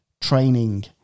training